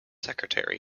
secretary